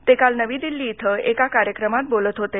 ते काल नवी दिल्ली इथं एका कार्यक्रमात बोलत होते